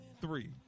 three